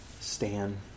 Stan